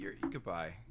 goodbye